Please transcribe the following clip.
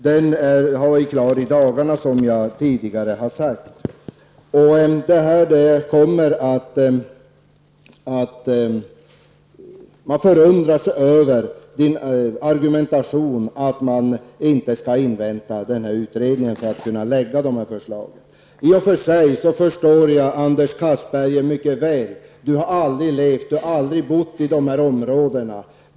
Som jag tidigare har sagt blir utredningen klar nu under de närmaste dagarna. Man förundras över Anders Castbergers argumentation om att man inte skall invänta utredningen innan man lägger fram förslag. I och för sig förstår jag Anders Castberger mycket väl. Han har aldrig levt eller bott i dessa områden.